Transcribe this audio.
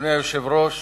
אדוני היושב-ראש,